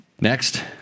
next